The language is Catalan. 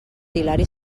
hilari